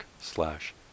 slash